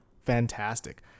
fantastic